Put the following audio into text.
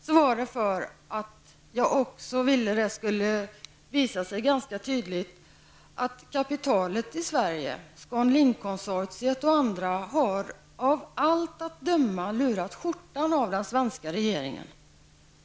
Jag gjorde detta på grund av att jag ville att det skulle bli tydligt att kapitalet i Sverige -- ScanLink-konsortiet och andra -- av allt att döma har lurat skjortan av den svenska regeringen.